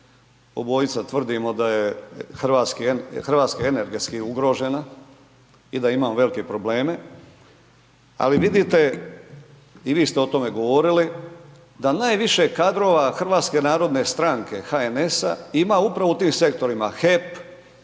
obojica tvrdimo da je RH energetski ugrožena i da imamo velike probleme, ali vidite i vi ste o tome govorili da najviše kadrova HNS-a ima upravo u tim sektorima HEP,